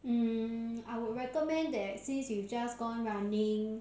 mm I would recommend that since you just gone running